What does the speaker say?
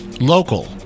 local